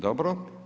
Dobro.